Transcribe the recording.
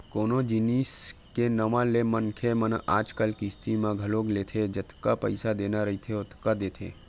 कोनो जिनिस के नवा ले म मनखे मन आजकल किस्ती म घलोक लेथे जतका पइसा देना रहिथे ओतका देथे